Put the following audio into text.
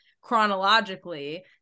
chronologically